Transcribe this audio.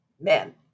men